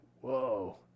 whoa